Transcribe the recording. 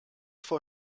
vor